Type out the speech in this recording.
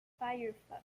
firefox